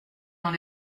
dans